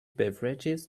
beverages